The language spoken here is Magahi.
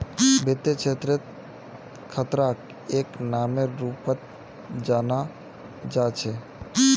वित्त क्षेत्रत खतराक एक नामेर रूपत जाना जा छे